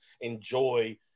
enjoy